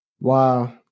Wow